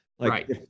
right